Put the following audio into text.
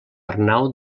arnau